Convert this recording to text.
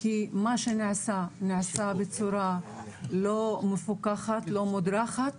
כי מה שנעשה, נעשה בצורה לא מפוקחת, לא מודרכת